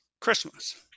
Christmas